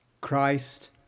Christ